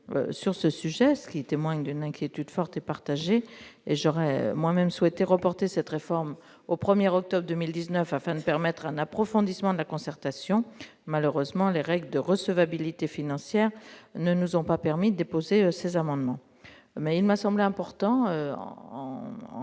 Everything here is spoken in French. sur ce sujet, ce qui témoigne d'une inquiétude forte et partagée. J'aurais moi-même souhaité reporter cette réforme au 1 octobre 2019, afin de permettre un approfondissement de la concertation. Malheureusement, les règles de recevabilité financière des amendements ne l'ont pas permis. Madame la ministre, il m'a semblé important de